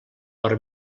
per